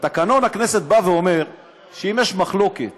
תקנון הכנסת בא ואומר שאם יש מחלוקת